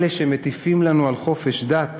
אלה שמטיפים לנו על חופש דת